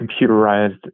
computerized